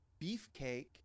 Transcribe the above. beefcake